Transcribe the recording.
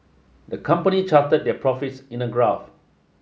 the company charted their profits in a graph